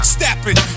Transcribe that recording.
Stapping